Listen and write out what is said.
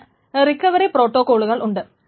അതിന് റിക്കവറി പ്രോട്ടോകോളുകൾ ഉണ്ട്